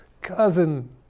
cousin